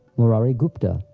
murari gupta,